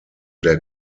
der